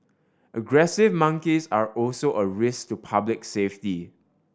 aggressive monkeys are also a risk to public safety